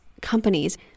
companies